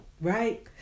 right